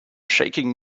shaking